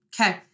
Okay